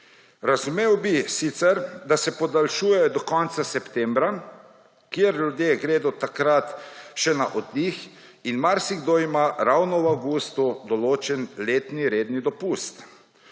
Razumel bi sicer, da se podaljšuje do konca septembra, ker ljudje gredo takrat še na oddih in marsikdo ima ravno v avgustu določen redni letni dopust.